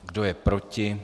Kdo je proti?